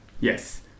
Yes